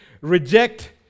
reject